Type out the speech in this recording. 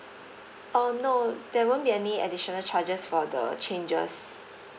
oh no there won't be any additional charges for the changes